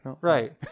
Right